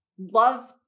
love